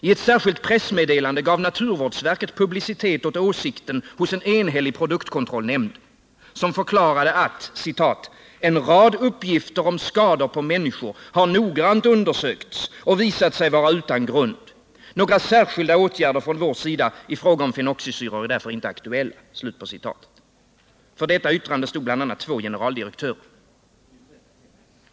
I ett särskilt pressmeddelande gav naturvårdsverket publicitet åt åsikten hos en enhällig produktkontrollnämnd, som förklarade att ”en rad uppgifter om skador på människor har noggrant undersökts och visat sig vara utan grund. Några särskilda åtgärder från vår sida ifråga om fenoxisyror är därför inte aktuella.” För detta yttrande stod bl.a. två generaldirektörer.